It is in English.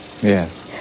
Yes